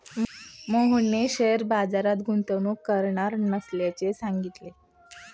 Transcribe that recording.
मोहनने शेअर बाजारात गुंतवणूक करणार नसल्याचे सांगितले